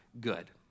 good